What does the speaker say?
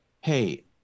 hey